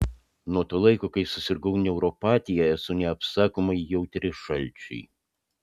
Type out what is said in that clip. nuo to laiko kai susirgau neuropatija esu neapsakomai jautri šalčiui